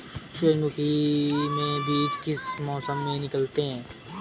सूरजमुखी में बीज किस मौसम में निकलते हैं?